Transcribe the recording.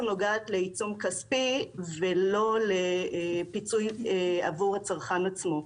נוגעת לעיצום כספי ולא לפיצוי עבור הצרכן עצמו.